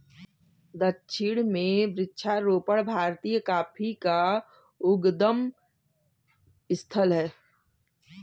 दक्षिण में वृक्षारोपण भारतीय कॉफी का उद्गम स्थल है